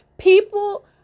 People